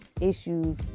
issues